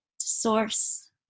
source